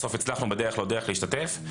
בסוף הצלחנו בדרך-לא-דרך להשתתף.